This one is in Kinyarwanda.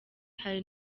hari